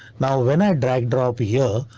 now when i drag drop here,